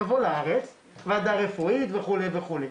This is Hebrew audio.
תבוא לארץ, ועדה רפואית וכו' וכו'.